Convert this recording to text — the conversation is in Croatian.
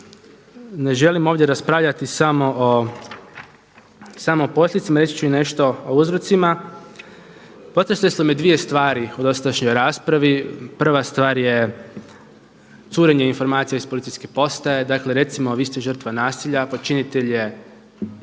ne želim ovdje raspravljati samo o posljedicama, reći ću i nešto o uzrocima. Potresle su me dvije stvari u dosadašnjoj raspravi. Prva stvar je curenje informacija iz policijske postaje. Dakle recimo vi ste žrtva nasilja, počinitelj je